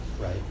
right